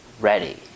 ready